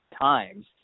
times